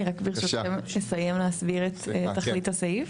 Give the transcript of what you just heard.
אני רק ברשותכם אסיים להסביר את תכלית הסעיף.